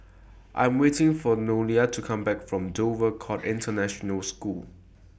I Am waiting For Noelia to Come Back from Dover Court International School